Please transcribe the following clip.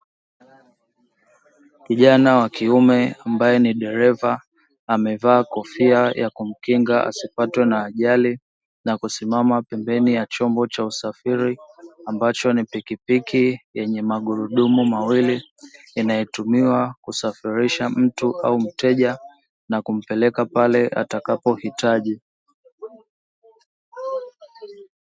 Kijana wa kiume ambaye ni dereva amevaa kofia ya kumkinga asipatwe na ajali, na kusimama pembeni ya chombo cha usafiri ambacho ni pikipiki yenye magurudum mawili yanayotumiwa kusafirisha mtu au mteja na kumpeleka pale atakapohitaji.